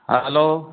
hello